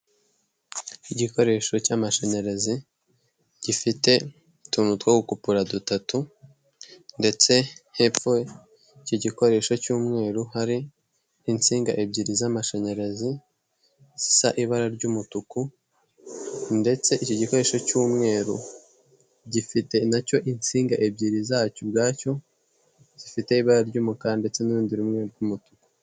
Igikoresho cy'amashanyarazi, gifite utuntu two gukupura dutatu ndetse hepfo iki gikoresho cy'umweru, hari insinga ebyiri z'amashanyarazi, zisa ibara ry'umutuku ndetse iki gikoresho cy'umweru gifite na cyo insinga ebyiri zacyo ubwacyo, zifite ibara ry'umukara ndetse n'urundi rw'umutuku.